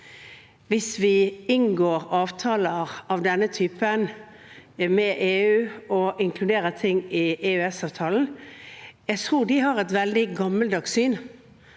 hvis vi inngår avtaler av denne typen – er med EU og inkluderer ting i EØS-avtalen – tror jeg har et veldig gammeldags syn